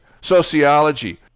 sociology